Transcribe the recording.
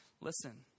Listen